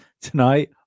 tonight